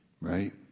Right